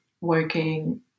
working